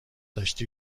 داشتی